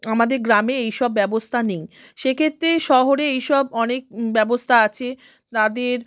আমাদের গ্রামে এইসব ব্যবস্থা নেই সেই ক্ষেত্রে শহরে এইসব অনেক ব্যবস্থা আছে তাদের